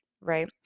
right